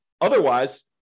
Otherwise